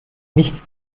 nicht